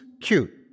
cute